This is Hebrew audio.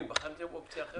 בחנתם אופציה אחרת?